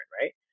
Right